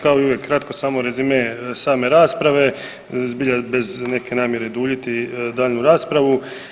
Kao i uvijek kratko samo, rezime same rasprave, zbilja bez neke namjere duljiti daljnju raspravu.